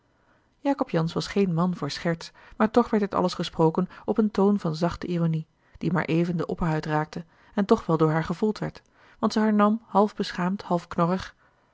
jacob jansz was geen man voor scherts maar toch werd dit alles gesproken op een toon van zachte ironie die maar even de opperhuid raakte en toch wel door haar gevoeld werd want zij hernam half beschaamd half